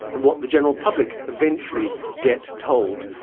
and what the general public eventually get told,